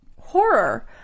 horror